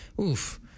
oof